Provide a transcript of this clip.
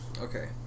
Okay